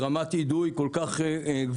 ברמת אידוי כל כך גבוהה,